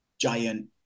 giant